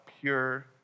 pure